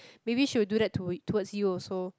maybe she will do that to towards you also